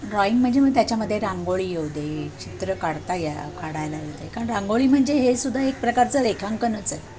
drawing म्हणजे मग त्याच्यामध्ये रांगोळी येऊ दे चित्र काढता या काढायला येत आहे कारण रांगोळी म्हणजे हे सुद्धा एक प्रकारचं रेखांकनच आहे